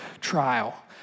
trial